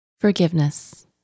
Forgiveness